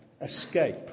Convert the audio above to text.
escape